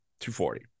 240